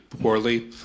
poorly